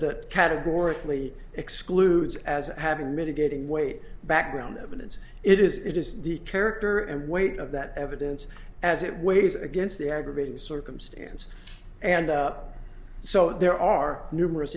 that categorically excludes as having mitigating weight background evidence it is it is the character and weight of that evidence as it weighs against the aggravating circumstance and out so there are numerous